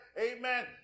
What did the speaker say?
amen